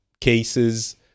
cases